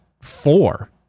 four